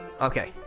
Okay